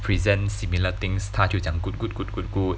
present similar things 他就讲 good good good good good